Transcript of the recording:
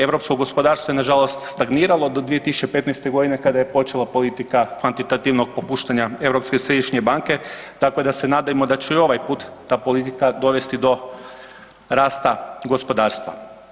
Europsko gospodarstvo je na žalost stagniralo do 2015. godine kada je počela politika kvantitativnog popuštanja Europske središnje banke, tako da se nadajmo da će i ovaj put ta politika dovesti do rasta gospodarstva.